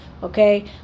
Okay